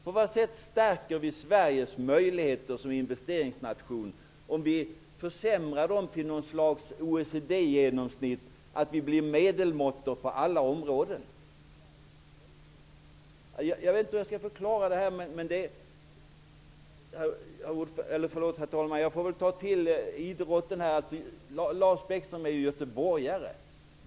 På vad sätt stärker vi Sveriges möjligheter som investeringsnation om vi försämrar dem till något slags OECD-genomsnitt och blir medelmåttor på alla områden? Jag vet inte hur jag skall förklara det här, herr talman. Jag får väl ta till idrotten. Lars Bäckström är ju göteborgare.